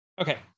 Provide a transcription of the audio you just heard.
Okay